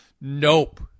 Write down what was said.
nope